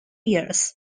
years